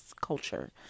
culture